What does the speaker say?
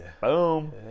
Boom